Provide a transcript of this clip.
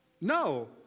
No